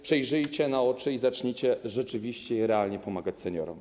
Przejrzyjcie na oczy i zacznijcie rzeczywiście i realnie pomagać seniorom.